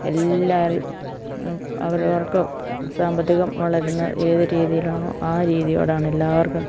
എല്ലാവരും അവരവർക്ക് സാമ്പത്തികം വളരുന്നത് ഏതു രീതിയിലാണോ ആ രീതിയോടാണ് എല്ലാവർക്കും